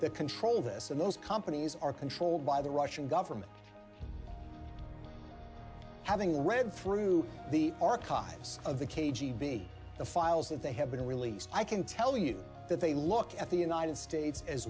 that control this and those companies are controlled by the russian government having read through the archives of the k g b the files that they have been released i can tell you that they look at the united states as